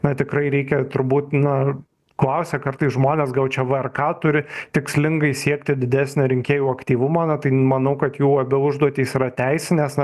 na tikrai reikia turbūt na klausia kartais žmonės gal čia vrk turi tikslingai siekti didesnio rinkėjų aktyvumo na tai manau kad jų labiau užduotys yra teisinės na